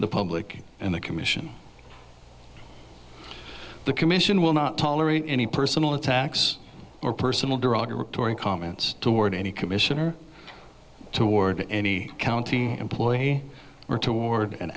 the public and the commission the commission will not tolerate any personal attacks or personal derogatory comments toward any commissioner toward any county employee or toward an